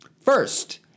First